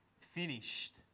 finished